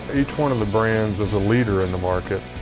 each one of the brands is a leader in the market.